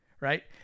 right